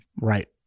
Right